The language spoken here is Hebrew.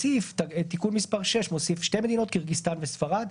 תיקון מס' 6 מוסיף שתי מדינות: קירגיסטן וספרד,